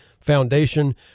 Foundation